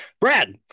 Brad